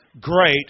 great